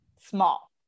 small